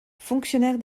fonctionnaire